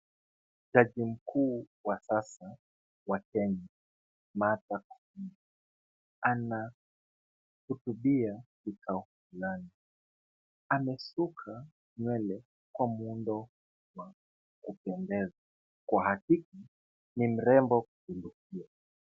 Jaji mkuu wa sasa wa Kenya Martha Koome, anahutubia kikao fulani. Amesuka nywele kwa muundo wa kupendeza. Kwa hakika ni mrembo kupindukia.